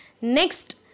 Next